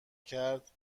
کرد